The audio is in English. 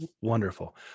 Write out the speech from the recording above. wonderful